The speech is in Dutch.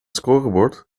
scorebord